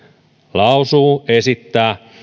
lausuu esittää